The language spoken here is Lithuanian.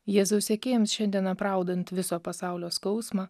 jėzaus sekėjams šiandien apraudant viso pasaulio skausmą